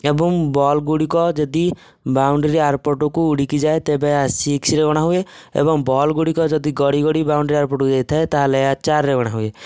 ଏବଂ ବଲ୍ ଗୁଡ଼ିକ ଯଦି ବାଉଣ୍ଡରୀ ଆରପଟକୁ ଉଡ଼ିକି ଯାଏ ତେବେ ଆ ସିକ୍ସ୍ରେ ଗଣା ହୁଏ ଏବଂ ବଲ୍ ଗୁଡ଼ିକ ଯଦି ଗଡ଼ି ଗଡ଼ି ବାଉଣ୍ଡରୀ ଆରପଟକୁ ଯାଇଥାଏ ତାହାଲେ ଏହା ଚାରିରେ ଗଣା ହୁଏ